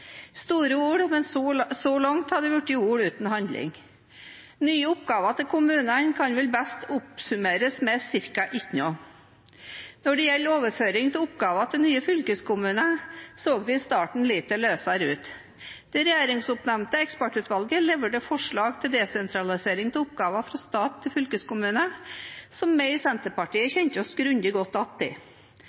Store ord, men så langt er det blitt ord uten handling. Nye oppgaver til kommunene kan vel best oppsummeres med ca. ingenting. Når det gjelder overføring av oppgaver til nye fylkeskommuner, så det i starten litt lysere ut. Det regjeringsoppnevnte ekspertutvalget leverte forslag til desentralisering av oppgaver fra stat til fylkeskommune, som vi i Senterpartiet kjente oss grundig godt igjen i.